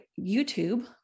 YouTube